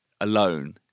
alone